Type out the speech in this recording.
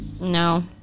no